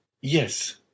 Yes